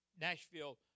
Nashville